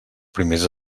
primers